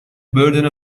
burden